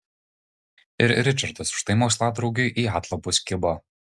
ir ričardas už tai moksladraugiui į atlapus kibo